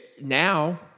now